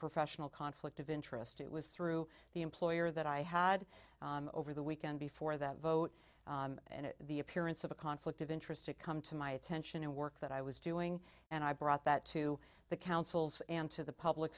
professional conflict of interest it was through the employer that i had over the weekend before that vote and the appearance of a conflict of interest to come to my attention and work that i was doing and i brought that to the councils and to the public